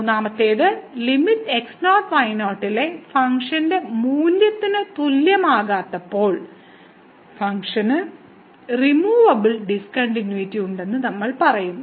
മൂന്നാമത്തേത് limit x0y0 ലെ function മൂല്യത്തിന് തുല്യമാകാത്തപ്പോൾ ഫംഗ്ഷന് റിമൂവബിൾ ഡിസ്കണ്ടിന്യൂയിറ്റി ഉണ്ടെന്ന് നമ്മൾ പറയുന്നു